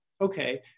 okay